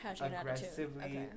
aggressively